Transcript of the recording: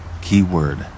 Keyword